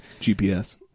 GPS